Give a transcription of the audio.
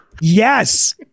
yes